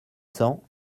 cents